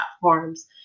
platforms